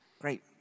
Great